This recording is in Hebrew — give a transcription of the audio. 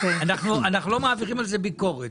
אנחנו לא מעבירים על זה ביקורת,